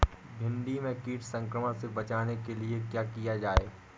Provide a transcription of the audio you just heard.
भिंडी में कीट संक्रमण से बचाने के लिए क्या किया जाए?